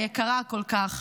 היקרה כל כך,